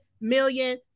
million